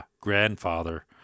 grandfather